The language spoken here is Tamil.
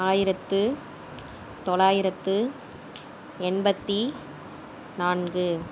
ஆயிரத்து தொள்ளாயிரத்தி எண்பத்தி நான்கு